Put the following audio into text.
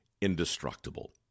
indestructible